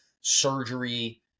surgery